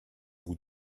bout